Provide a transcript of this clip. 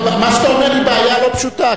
מה שאתה אומר הוא בעיה לא פשוטה.